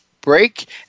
break